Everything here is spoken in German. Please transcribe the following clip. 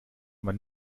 man